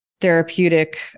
therapeutic